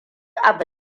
abu